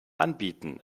anbieten